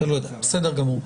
בסדר גמור.